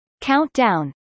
Countdown